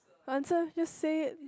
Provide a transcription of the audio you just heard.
answer just say it